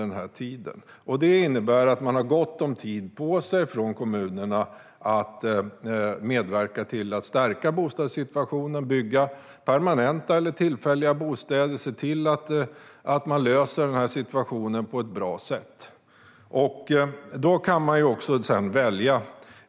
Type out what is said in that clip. Detta innebär att kommunerna har gott om tid på sig att medverka till att stärka bostadssituationen, bygga permanenta eller tillfälliga bostäder och se till att situationen löses på ett bra sätt. Då kan man sedan välja.